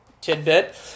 tidbit